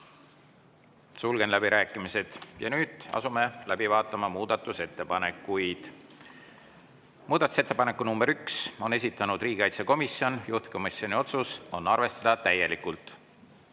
Sulgen läbirääkimised. Ja nüüd asume läbi vaatama muudatusettepanekuid. Muudatusettepaneku nr 1 on esitanud riigikaitsekomisjon, juhtivkomisjoni otsus on seda arvestada täielikult.